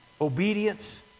obedience